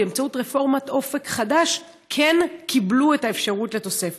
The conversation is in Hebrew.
באמצעות רפורמת אופק חדש כן קיבלו את האפשרות לתוספת.